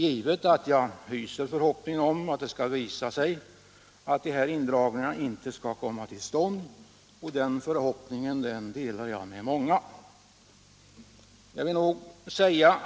Givetvis hyser jag förhoppningen att indragningarna inte skall komma till stånd, och den förhoppningen delar jag med många.